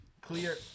Clear